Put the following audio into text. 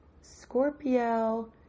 Scorpio